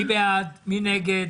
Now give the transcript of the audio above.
מי בעד, מי נגד?